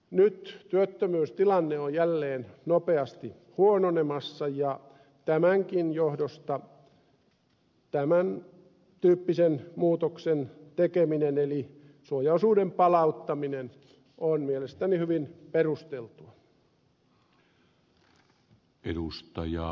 nyt työttömyystilanne on jälleen nopeasti huononemassa ja tämänkin johdosta tämän tyyppisen muutoksen tekeminen eli suojaosuuden palauttaminen on mielestäni hyvin perusteltua